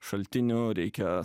šaltinių reikia